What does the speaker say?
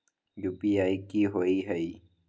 UPI कि होअ हई?